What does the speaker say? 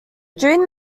during